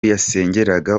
yasengeraga